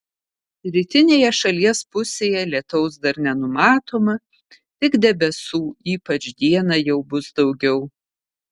rytinėje šalies pusėje lietaus dar nenumatoma tik debesų ypač dieną jau bus daugiau